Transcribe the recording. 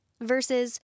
versus